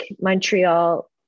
Montreal